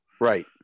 right